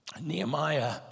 Nehemiah